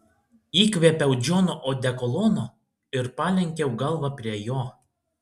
įkvėpiau džono odekolono ir palenkiau galvą prie jo